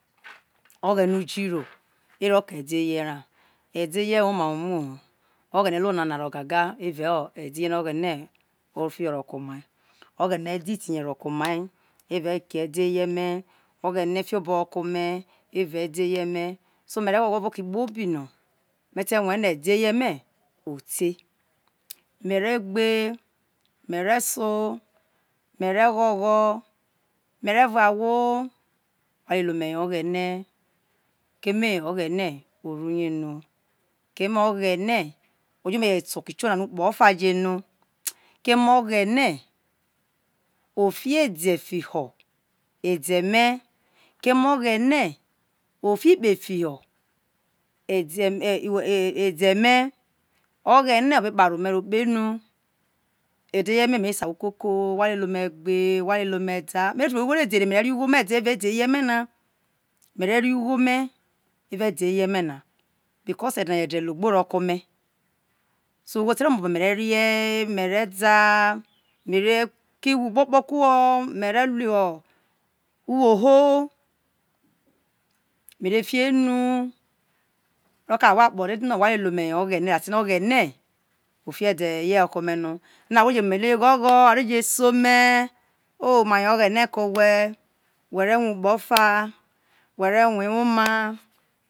o̱ghene ujiro ro̱ke̱ e̱de̱ eye ra, e̱de̱ eye̱ owoma ho̱ umucho o̱ghene ru oñar onana ro gaga noo evao edi ho roko oghend oftho omai ko oghene oghene di tihe ergo oke ede ye me̱. Oghe̱ne̱ fiobo ho ro komuevas ede eye me so mere gho̱gho̱ me̱ o te exas oke kobi no me te rue no ede eye mere abe mere so̱ mere yuagho mere vuọ gho mere-vuo a who mere voro asho wa lele yo oghe̱e̱ ome yo oghene keme o̱phone oru ye no keme o̱ghe̱ne̱ ojo̱ me je te oke̱ trong na ukpe of a keme oghene of i ede̱ fi ho ede̱ me̱ keme o̱gbe̱ne̱ of i ikpe fiho̱ ede e̱ me oghene o̱be kpare ome̱ vo kpe nur e̱de ye̱ me me se awaokoko wha le ome gbe wha lele omeda me tu be wo ughodede mere fio ugho me evao ede heye e me na, mere re. ugho me me evao ede eyeme na because edens ens ede cogbo ro ke ome so ugho te̱ ro me̱ obo̱ me re vie̱, mere da mere ki iwu kpo kpo kuho me re ruo ke awho akpo fee mere fie eny ro cele no ome re wha ti yo oghene that o̱ghe̱ne̱ o̱fiede yero ko ome no je cele ome now awho re ngho̱gho̱ are je se ome̱ o ma yo o̱ghe̱ne̱ ko owhe̱ we̱ re̱ rue ukpe o̱fa wo̱ re̱ rue̱ ewoma.